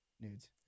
Nudes